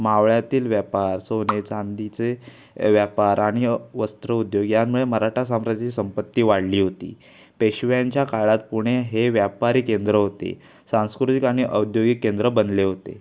मावळ्यातील व्यापार सोने चांदीचे व्यापार आणि वस्त्र उद्योग यांमुळे मराठा साम्राज्याची संपत्ती वाढली होती पेशव्यांच्या काळात पुणे हे व्यापारी केंद्र होते सांस्कृतिक आणि औद्योगिक केंद्र बनले होते